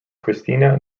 cristina